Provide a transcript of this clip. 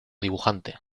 dibujante